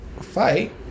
fight